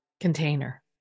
container